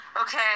Okay